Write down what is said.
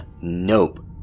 nope